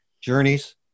Journeys